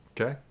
Okay